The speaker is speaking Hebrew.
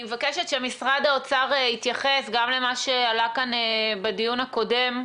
אני מבקשת שמשרד האוצר יתייחס גם למה שעלה כאן בדיון הקודם,